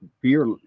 beer